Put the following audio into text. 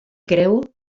creu